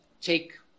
take